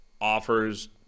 offers